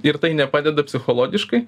ir tai nepadeda psichologiškai